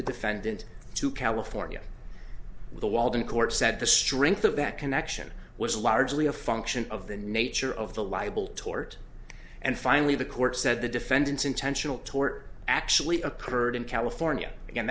the defendant to california the walden court said the strength of that connection was largely a function of the nature of the libel tort and finally the court said the defendant's intentional tort actually occurred in california and